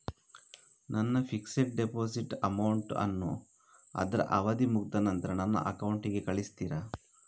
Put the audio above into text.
ನನ್ನ fixed deposit amount ಅನ್ನು ಅದ್ರ ಅವಧಿ ಮುಗ್ದ ನಂತ್ರ ನನ್ನ ಅಕೌಂಟ್ ಗೆ ಕಳಿಸ್ತೀರಾ?